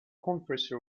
conference